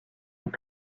est